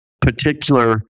particular